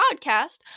podcast